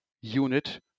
unit